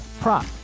prop